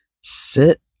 sit